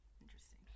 Interesting